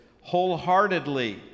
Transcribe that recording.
wholeheartedly